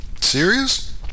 serious